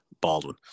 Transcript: Baldwin